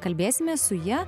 kalbėsimės su ja